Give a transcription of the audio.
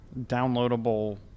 downloadable